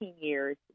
years